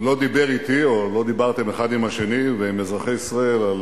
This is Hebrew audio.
שלא דיבר אתי או לא דיברתם האחד עם השני ועם אזרחי ישראל על